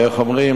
איך אומרים?